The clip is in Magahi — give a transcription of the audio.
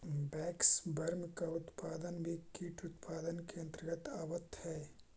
वैक्सवर्म का उत्पादन भी कीट उत्पादन के अंतर्गत आवत है